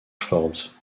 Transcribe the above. forbes